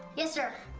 yes, sir!